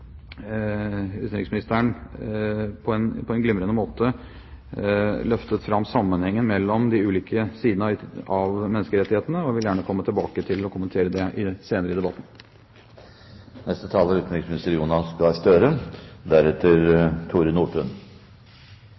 utenriksministeren på en glimrende måte løftet fram sammenhengen mellom de ulike sidene av menneskerettighetene, og jeg vil gjerne komme tilbake til og kommentere det senere i debatten. Det var flere spørsmål fra representanten Høybråten i